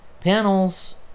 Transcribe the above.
panels